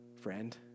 friend